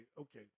okay